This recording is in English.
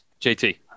JT